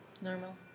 normal